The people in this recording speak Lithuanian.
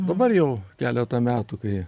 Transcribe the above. dabar jau keletą metų kai